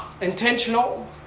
intentional